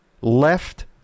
left